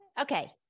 okay